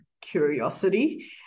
curiosity